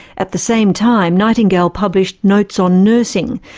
at the same time, nightingale published notes on nursing,